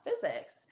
physics